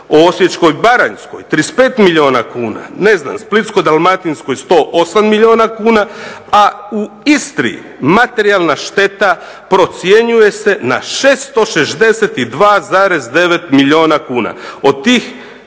u Osječko-baranjskoj 35 milijuna kuna. Ne znam, Splitsko-dalmatinskoj 108 milijuna kuna, a u Istri materijalna šteta procjenjuje se na 662,9 milijuna kuna.